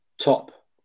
top